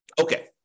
Okay